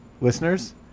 listeners